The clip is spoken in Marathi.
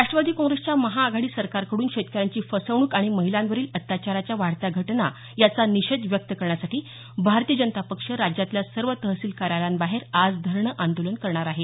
राष्ट्रवादी काँग्रेसच्या महाआघाडी सरकारकडून शेतकऱ्यांची फसवणूक आणि महिलांवरील अत्याचाराच्या वाढत्या घटना याचा निषेध व्यक्त करण्यासाठी भारतीय जनता पक्ष राज्यातल्या सर्व तहसील कार्यालयांबाहेर आज धरणं आंदोलन करणार आहे